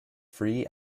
free